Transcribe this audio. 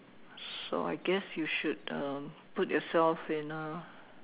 so I guess you should um put yourself in a